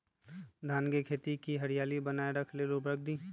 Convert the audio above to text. धान के खेती की हरियाली बनाय रख लेल उवर्रक दी?